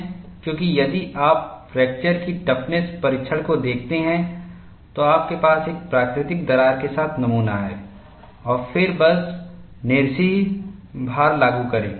क्योंकि यदि आप फ्रैक्चर की टफनेस परीक्षण को देखते हैं तो आपके पास एक प्राकृतिक दरार के साथ नमूना है और फिर बस निरसीयभार लागू करें